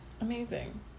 amazing